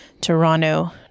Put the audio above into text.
Toronto